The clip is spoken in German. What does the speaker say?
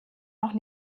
auch